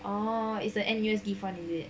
orh is the N_U_S give [one] is it